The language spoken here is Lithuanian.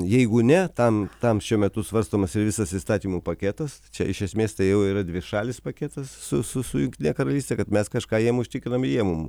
jeigu ne tam tam šiuo metu svarstomas ir visas įstatymų paketas čia iš esmės tai jau yra dvišalis paketas su su su jungtine karalyste kad mes kažką jiem užtikrinam ir jie mum